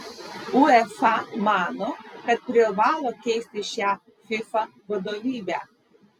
uefa mano kad privalo keisti šią fifa vadovybę